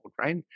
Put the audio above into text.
right